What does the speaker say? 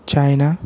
China